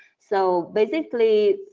so, basically,